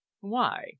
Why